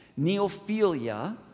Neophilia